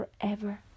forever